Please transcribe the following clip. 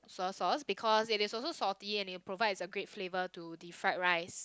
soya sauce because it is also salty and it provides a great flavour to the fried rice